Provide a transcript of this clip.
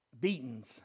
beatings